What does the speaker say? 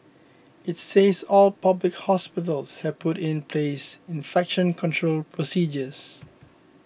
it says all public hospitals have put in place infection control procedures